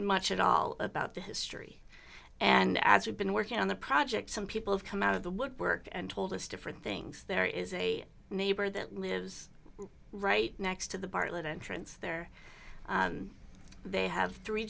much at all about the history and as we've been working on the project some people have come out of the woodwork and told us different things there is a neighbor that lives right next to the bartlett entrance there they have three